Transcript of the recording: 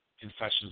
confessions